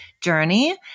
journey